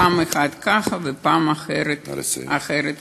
פעם אחת ככה ופעם אחרת אחרת.